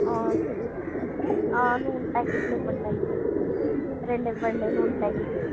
నూనె ప్యాకెట్లు ఇవ్వండి అయితే రెండు ఇవ్వండి నూనె ప్యాకెట్లు